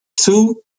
two